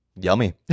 Yummy